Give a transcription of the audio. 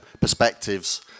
perspectives